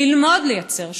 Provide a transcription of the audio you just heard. ללמוד לייצר שותפות.